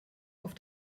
auf